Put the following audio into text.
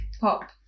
Pop